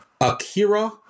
Akira